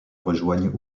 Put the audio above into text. rejoignent